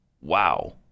Wow